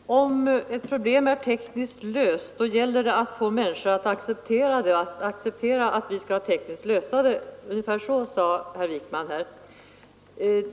Herr talman! Om ett problem är tekniskt löst gäller det att få människor att acceptera att vi genomför lösningen. Ungefär så sade herr Wijkman.